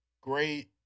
great